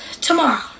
Tomorrow